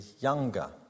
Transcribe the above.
younger